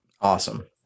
Awesome